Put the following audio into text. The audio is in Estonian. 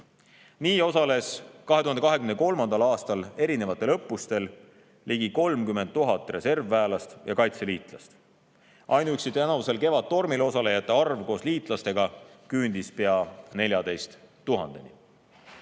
Nii osales 2023. aastal erinevatel õppustel ligi 30 000 reservväelast ja kaitseliitlast. Ainuüksi tänavusel Kevadtormil osalejate arv koos liitlastega küündis pea 14 000-ni.